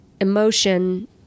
emotion